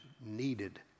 needed